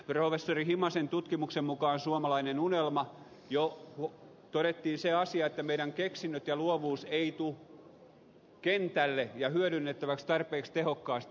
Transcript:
professori himasen tutkimuksessa suomalainen unelma todettiin se asia että meidän keksintömme ja luovuutemme eivät tule kentälle ja hyödynnettäväksi tarpeeksi tehokkaasti